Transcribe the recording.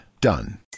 Done